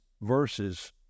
verses